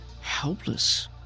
helpless